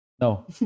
no